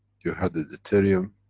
you had a deuterium